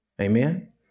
Amen